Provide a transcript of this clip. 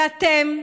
ואתם,